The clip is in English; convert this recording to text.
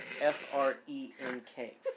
F-R-E-N-K